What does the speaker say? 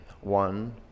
One